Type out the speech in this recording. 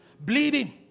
Bleeding